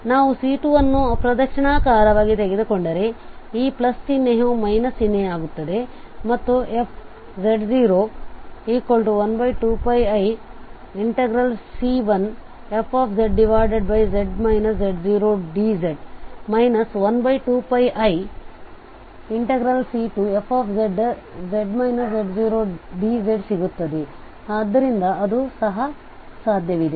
ನಾವು C2 ಅನ್ನು ಅಪ್ರದಕ್ಷಿಣಾಕಾರವಾಗಿ ತೆಗೆದುಕೊಂಡರೆ ಈ ಪ್ಲಸ್ ಚಿಹ್ನೆಯು ಮೈನಸ್ ಚಿಹ್ನೆಯಾಗುತ್ತದೆ ಮತ್ತು fz012πiC1fz z0dz 12πiC2fz z0dz ಸಿಗುತ್ತದೆ ಆದ್ದರಿಂದ ಅದು ಸಹ ಸಾಧ್ಯವಿದೆ